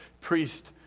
priest